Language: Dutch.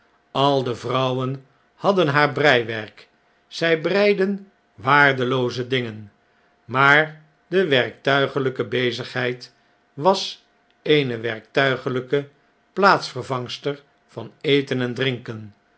al de vrouwen hadden haar breiwerk zij breiden waardelooze dingen maar de werktuiglijke bezigheid was eene werktuiglijke plaatvervangster van eten en drinken